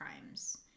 crimes